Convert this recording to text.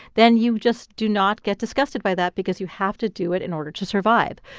then you just do not get disgusted by that because you have to do it in order to survive.